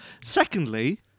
Secondly